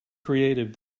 creative